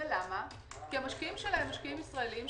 למה כי המשקיעים שלהן הם ישראליים,